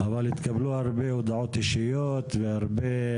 אבל התקבלו הרבה הודעות אישיות והרבה